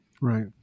right